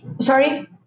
Sorry